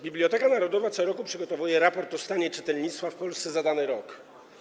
Biblioteka Narodowa co roku przygotowuje raport o stanie czytelnictwa w Polsce za dany rok.